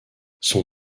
son